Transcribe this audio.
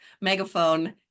megaphone